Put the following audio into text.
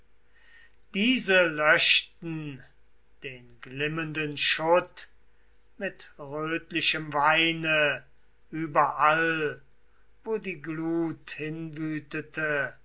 nun löscht den glimmenden schutt mit rötlichem weine überall wo die glut